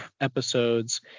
episodes